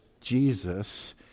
Jesus